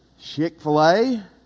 chick-fil-a